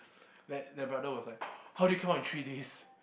then the brother was like how do you come out in three days